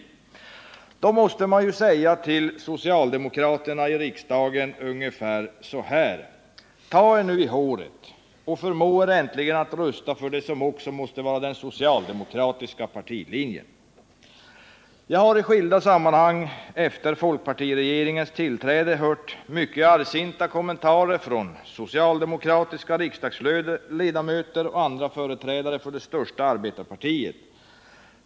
Då måste man ju säga till socialdemokraterna i riksdagen ungefär så här: Ta er nu i håret och förmå er äntligen att rösta för det som också måste vara den Jag har i skilda sammanhang efter folkpartiregeringens tillträde hört mycket argsinta kommentarer från socialdemokratiska riksdagsledamöter och andra företrädare för det största arbetarpartiet.